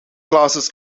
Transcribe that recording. classes